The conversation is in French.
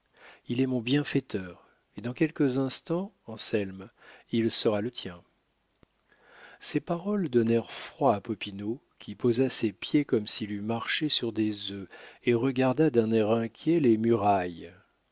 il est mon bienfaiteur et dans quelques instants anselme il sera le tien ces paroles donnèrent froid à popinot qui posa ses pieds comme s'il eût marché sur des œufs et regarda d'un air inquiet les murailles